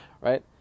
right